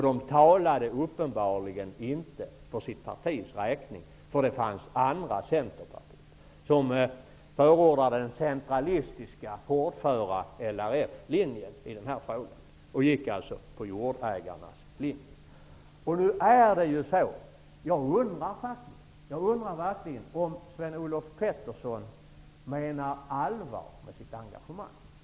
De talade uppenbarligen inte för sitt partis räkning, därför att andra centerpartister förordade den centralistiska, hårdföra LRF-linjen, dvs. jordägarnas linje. Jag undrar nu verkligen om Sven-Olof Petersson menar allvar med sitt engagemang.